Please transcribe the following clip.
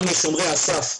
גם לשומרי הסף,